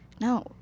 No